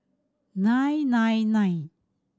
nine nine nine